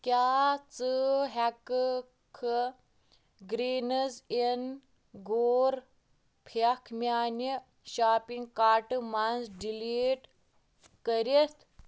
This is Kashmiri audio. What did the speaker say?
کیٛاہ ژٕ ہٮ۪کہٕ کھہٕ گرٛیٖنٕز اِن گور پھٮ۪کھ میٛانہِ شاپِنٛگ کارٹ منٛز ڈِلیٖٹ کٔرِتھ